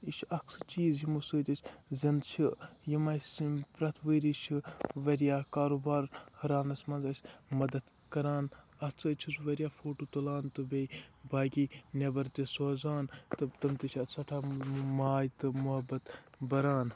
یہِ چھُ اکھ سُہ چیٖز یِمو سۭتۍ أسۍ زِندٕ چھِ یِم اَسہِ پرٮ۪تھ ؤریہِ چھِ واریاہ کاروبار ہراونَس منٛز ٲسۍ مدد کران اَتھ سۭتۍ چھُس بہٕ واریاہ فوٹو تُلان تہٕ بیٚیہِ باقٕے نیٚبر تہِ سوزان مطلب تِم تہِ چھِ اَتھ سٮ۪ٹھاہ ماے تہٕ مُحبت بران